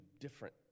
different